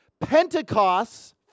Pentecost